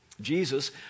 Jesus